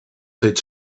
teach